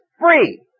free